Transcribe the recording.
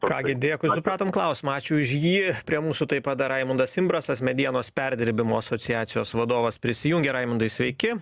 ką gi dėkui supratom klausimą ačiū už jį prie mūsų taip pat dar raimondas imbrasas medienos perdirbimo asociacijos vadovas prisijungė raimondai sveiki